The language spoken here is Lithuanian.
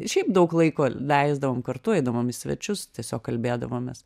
šiaip daug laiko leisdavom kartu eidavom į svečius tiesiog kalbėdavomės